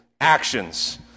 actions